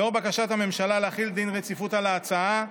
לאור בקשת הממשלה להחיל דין רציפות על ההצעה,